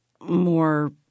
more –